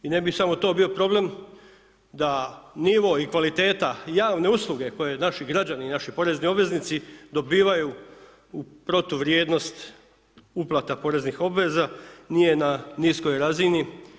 I ne bi samo to bio problem da nivo i kvaliteta javne usluge koje naši građani i naši porezni obveznici dobivaju u protuvrijednost uplata poreznih obveza nije na niskoj razini.